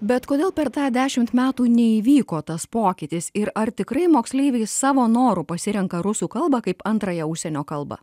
bet kodėl per tą dešimt metų neįvyko tas pokytis ir ar tikrai moksleiviai savo noru pasirenka rusų kalbą kaip antrąją užsienio kalbą